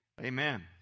Amen